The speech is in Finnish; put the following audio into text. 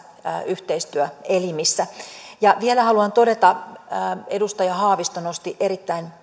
yhteistyöelimissä vielä haluan todeta että edustaja haavisto nosti erittäin